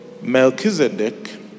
Melchizedek